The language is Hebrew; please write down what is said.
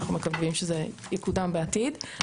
אנחנו מקווים שזה יקודם בעתיד.